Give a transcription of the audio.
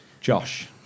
Josh